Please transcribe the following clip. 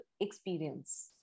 experience